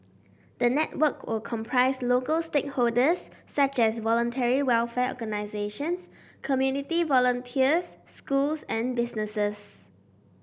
the network will comprise local stakeholders such as Voluntary Welfare Organisations community volunteers schools and businesses